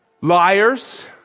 liars